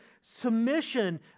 submission